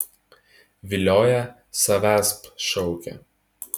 vilioja savęsp šaukia